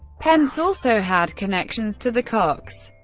pence also had connections to the kochs,